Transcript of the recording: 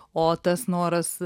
o tas noras